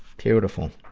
beautiful.